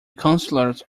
councillors